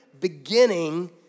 beginning